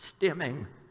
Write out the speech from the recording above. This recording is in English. stimming